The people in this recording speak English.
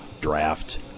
draft